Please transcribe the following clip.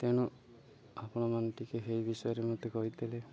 ତେଣୁ ଆପଣମାନେ ଟିକିଏ ଏହି ବିଷୟରେ ମୋତେ କହିଦେଲେ